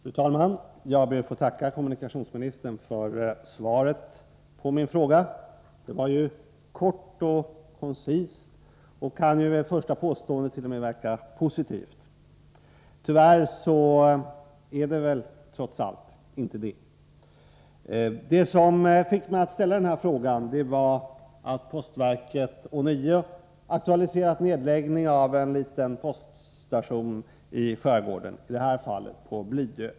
Fru talman! Jag ber att få tacka kommunikationsministern för svaret på min fråga. Det var kort och koncist och kan vid första påseendet t.o.m. verka positivt, även om det väl tyvärr inte är det. Det som fick mig att ställa frågan var att postverket ånyo har aktualiserat en nedläggning av en liten poststation i skärgården, i det här fallet på Blidö.